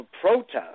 protest